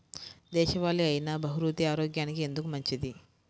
దేశవాలి అయినా బహ్రూతి ఆరోగ్యానికి ఎందుకు మంచిది?